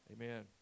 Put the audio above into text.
amen